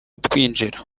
twinjira